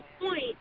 point